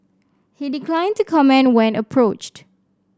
he declined to comment when approached